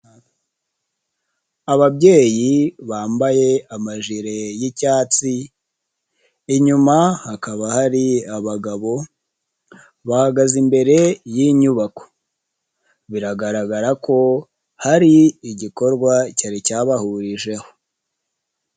Ababyeyi bambaye amajire y'icyatsi, inyuma hakaba hari abagabo bahagaze imbere y'inyubako. Biragaragara ko hari igikorwa cyari cyabahurijeho.